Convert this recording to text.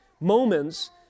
moments